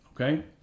okay